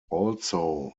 also